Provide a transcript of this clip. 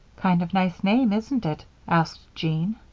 kind of nice name, isn't it? asked jean.